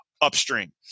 upstream